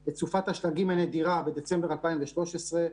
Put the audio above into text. את סופת השלגים הנדירה בדצמבר 2013,